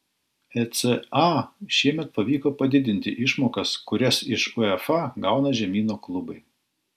eca šiemet pavyko padidinti išmokas kurias iš uefa gauna žemyno klubai